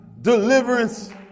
deliverance